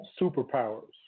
superpowers